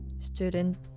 student